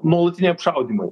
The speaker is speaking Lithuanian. nuolatiniai apšaudymai